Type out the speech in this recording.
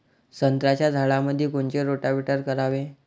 संत्र्याच्या झाडामंदी कोनचे रोटावेटर करावे?